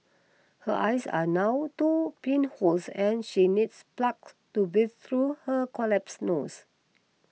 her eyes are now two pinholes and she needs plugs to breathe through her collapsed nose